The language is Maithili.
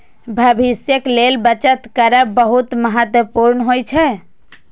भविष्यक लेल बचत करब बहुत महत्वपूर्ण होइ छै